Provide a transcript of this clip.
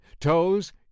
Toes